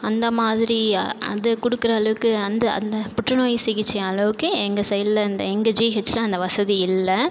அந்த மாதிரி அது கொடுக்குற அளவுக்கு அந்த அந்த புற்றுநோய் சிகிச்சை அளவுக்கு எங்கள் சைடில் இந்த எங்கள் ஜிஹச்சில் அந்த வசதி இல்லை